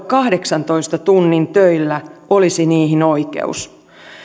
kahdeksantoista tunnin töillä olisi niihin oikeus